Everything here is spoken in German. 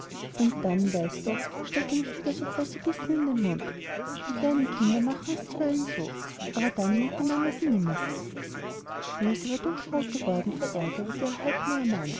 und dann weißt du stecke nicht wieder so große bissen in den mund die kleinen kinder machen es zuweilen so aber dann nennt die mama sie nimmersatt ilse war dunkelrot geworden vor aerger über die